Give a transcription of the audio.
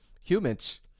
humans